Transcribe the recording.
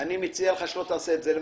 אני מציע לך שלא תעשה את זה לבד,